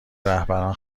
رهبران